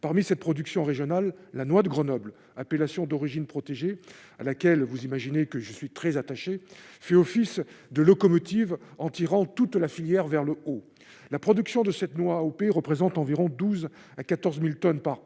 parmi cette production régionale, la noix de Grenoble Appellation d'Origine protégée à laquelle vous imaginez que je suis très attaché fait office de locomotive en tirant toute la filière vers le haut, la production de cette loi au pays représentent environ 12 à 14000 tonnes par an